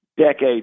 decades